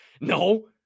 no